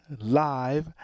live